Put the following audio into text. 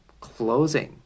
closing